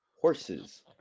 horses